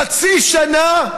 חצי שנה,